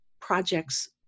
projects